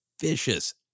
vicious